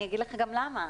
אני אגיד לך גם למה.